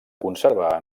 conservar